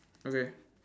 okay